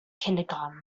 kindergarten